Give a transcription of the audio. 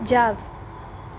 જાવ